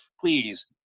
please